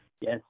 Yes